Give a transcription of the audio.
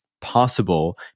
possible